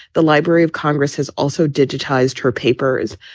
the library of congress has also digitized her papers.